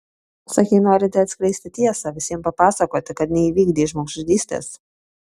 sakei norinti atskleisti tiesą visiems papasakoti kad neįvykdei žmogžudystės